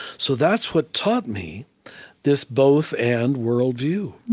so that's what taught me this both and world view,